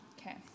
Okay